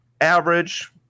average